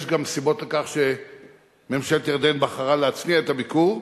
יש גם סיבות לכך שממשלת ירדן בחרה להצניע את הביקור.